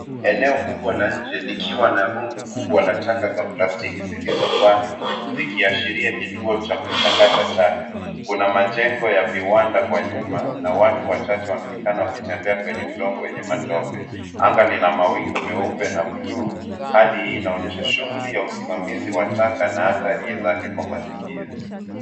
Eneo kubwa la nje likiwa na na rundo kubwa la taka za plastiki zilizobanwa zikiashiria kituo cha kutupa taka. Kuna majengo ya viwanda kwa nyuma na watu wachache wanaonekana wakitembea kwenye udongo wenye matope. Anga lina mawingu meupe na buluu, hali hii inaonyesha shughuli ya usimamizi wa taka na athari zake kwa mazingira.